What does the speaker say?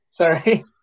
sorry